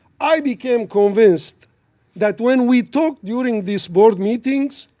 i became convinced that when we talked during this board meetings,